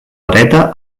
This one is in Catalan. dreta